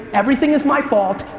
everything is my fault.